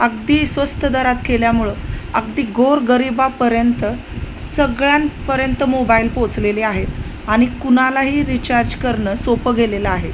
अगदी स्वस्त दरात केल्यामुळं अगदी गोरगरिबापर्यंत सगळ्यांपर्यंत मोबाईल पोचलेले आहेत आणि कुणालाही रिचार्ज करणं सोपं गेलेलं आहे